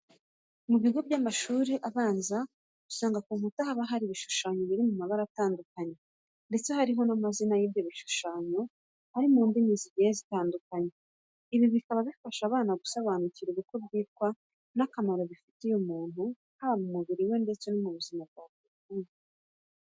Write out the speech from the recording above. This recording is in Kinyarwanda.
Mu bigo by'amashuri abanza, usanga ku nkuta haba hari ibishushanyo biri mu mabara atandukanye ndetse hariho n'amazina y'ibyo bishushanyo ari mu ndimi zigiye zitandukanye, ibi bikaba bifasha abana gusobanukirwa uko byitwa n'akamaro bifitiye umuntu haba mu mubiri we ndese no mu buzima bwa buri munsi.